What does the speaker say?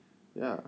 ya